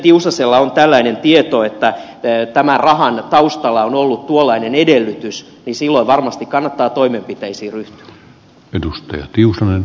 tiusasella on tällainen tieto että tämän rahan taustalla on ollut tuollainen edellytys niin silloin varmasti kannattaa toimenpiteisiin ryhtyä